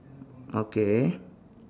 okay